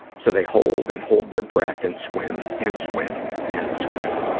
so they hold and hold their breath and swim and swim and swim.